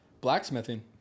Blacksmithing